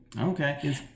Okay